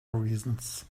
reasons